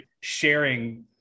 sharing